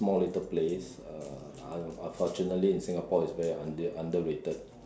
small little place uh unfortunately in Singapore is very under underrated